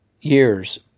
years